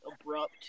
abrupt